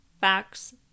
facts